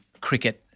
cricket